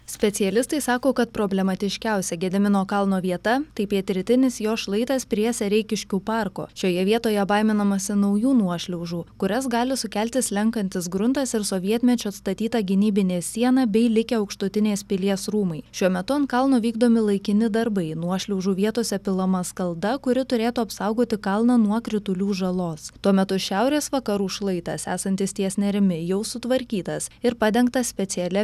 specialistai sako kad problematiškiausia gedimino kalno vieta tai pietrytinis jo šlaitas prie sereikiškių parko šioje vietoje baiminamasi naujų nuošliaužų kurias gali sukelti slenkantis gruntas ir sovietmečiu atstatyta gynybinė siena bei likę aukštutinės pilies rūmai šiuo metu ant kalno vykdomi laikini darbai nuošliaužų vietose pilama skalda kuri turėtų apsaugoti kalną nuo kritulių žalos tuo metu šiaurės vakarų šlaitas esantis ties nerimi jau sutvarkytas ir padengtas specialia